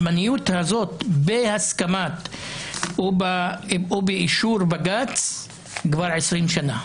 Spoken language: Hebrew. הזמניות הזאת בהסכמתו ובאישורו של בג"ץ כבר עשרים שנה.